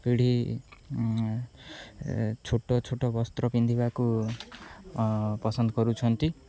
ପିଢ଼ି ଛୋଟ ଛୋଟ ବସ୍ତ୍ର ପିନ୍ଧିବାକୁ ପସନ୍ଦ କରୁଛନ୍ତି